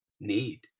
need